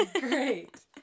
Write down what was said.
Great